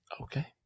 Okay